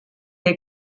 est